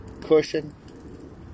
cushion